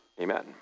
Amen